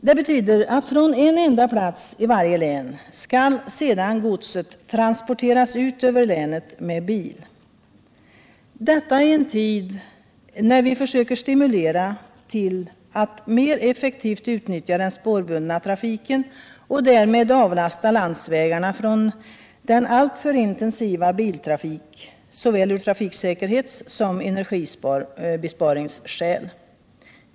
Det betyder att från en enda plats i varje län skall sedan godset transporteras ut över länet med bil. Detta sker alltså i en tid när vi försöker stimulera till att mer effektivt utnyttja den spårbundna trafiken och därmed avlasta landsvägarna en alltför intensiv biltrafik, vilket bör ske av såväl trafiksäkerhetssom energibesparingsskäl.